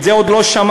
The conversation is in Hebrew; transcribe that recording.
את זה עוד לא שמעתי.